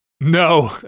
no